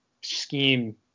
scheme